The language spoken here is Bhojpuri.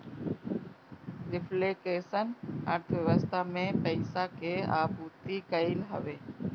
रिफ्लेक्शन अर्थव्यवस्था में पईसा के आपूर्ति कईल हवे